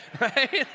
right